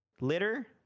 litter